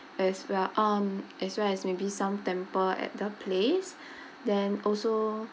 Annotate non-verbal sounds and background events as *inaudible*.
as well um as well as maybe some temple at the place *breath* then also